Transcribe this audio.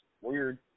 weird